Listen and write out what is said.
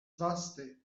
vaste